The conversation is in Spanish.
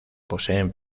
poseen